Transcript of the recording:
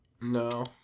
No